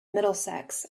middlesex